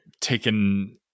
taken